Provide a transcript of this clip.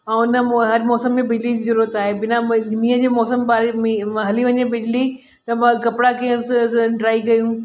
ऐं न मो हर मौसम में बिजलीअ जी ज़रूरत आहे बिना म मीअं जे मौसम जे बारे हली वञे बिजली त व कपिड़ा कीअं ड्राए कयूं